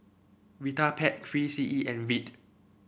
Vitapet Three C E and Veet